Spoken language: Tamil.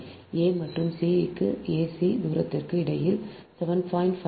A மற்றும் c க்கும் a c தூரத்திற்கும் இடையில் 7